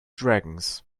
dragons